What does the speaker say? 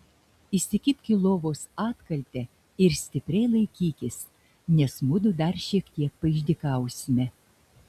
įsikibk į lovos atkaltę ir stipriai laikykis nes mudu dar šiek tiek paišdykausime